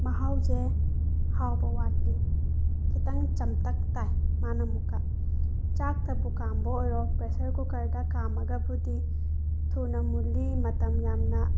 ꯃꯍꯥꯎꯁꯦ ꯍꯥꯎꯕ ꯋꯥꯠꯂꯤ ꯈꯤꯇꯪ ꯆꯝꯇꯛ ꯇꯥꯏ ꯃꯥꯅ ꯑꯃꯨꯛꯀ ꯆꯥꯛꯇꯕꯨ ꯀꯥꯝꯕ ꯑꯣꯏꯔꯣ ꯄ꯭ꯔꯦꯁꯔ ꯀꯨꯀꯔꯗ ꯀꯥꯝꯃꯒꯕꯨꯗꯤ ꯊꯨꯅ ꯃꯨꯜꯂꯤ ꯃꯇꯝ ꯌꯥꯝꯅ